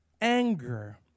anger